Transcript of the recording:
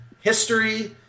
history